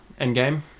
Endgame